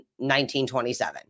1927